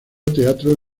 teatro